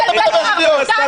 --- מה אתה מדבר שטויות?